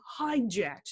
hijacked